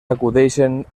acudeixen